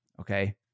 Okay